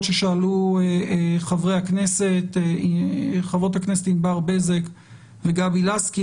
ששאלו חברות הכנסת ענבר בזק וגבי לסקי,